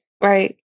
right